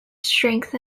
strength